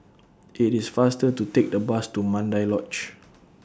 IT IS faster to Take The Bus to Mandai Lodge